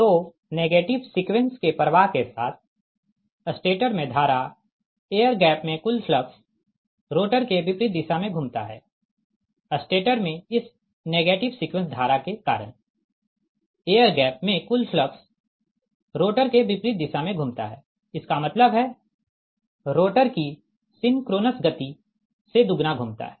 तो negative sequence के प्रवाह के साथ स्टेटर में धारा एयर गैप में कुल फ्लक्स रोटर के विपरीत दिशा में घूमता है स्टेटर में इस नेगेटिव सीक्वेंस धारा के कारण एयर गैप में कुल फलक्स रोटर के विपरीत दिशा में घूमता है इसका मतलब है कुल फ्लक्स रोटर की सिंक्रोनस गति से दोगुना घूमता है